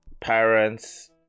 parents